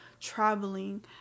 traveling